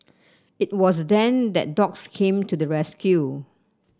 it was then that dogs came to the rescue